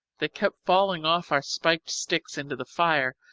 they kept falling off our spiked sticks into the fire,